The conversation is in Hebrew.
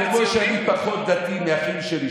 כמו שאני פחות דתי מאחים שלי,